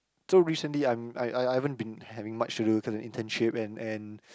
so recently I'm I I I haven't been having much to do cause the internship and and